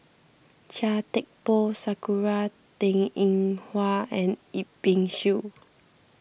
Chia Thye Poh Sakura Teng Ying Hua and Yip Pin Xiu